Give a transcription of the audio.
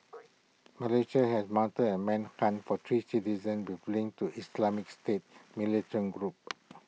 Malaysia has mounted A manhunt for three citizens with links to Islamic state militant group